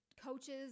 Coaches